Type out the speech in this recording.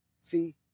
See